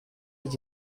het